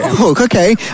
Okay